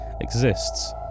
exists